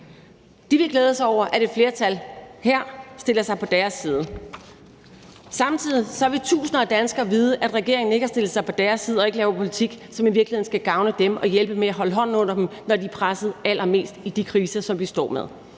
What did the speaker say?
De vil glæde sig over, at et flertal her stiller sig på deres side. Samtidig vil tusinder af danskere vide, at regeringen ikke har stillet sig på deres side og ikke har lavet politik, som i virkeligheden skal gavne dem og hjælpe med at holde hånden under dem, når de er presset allermest i de kriser, som vi står med.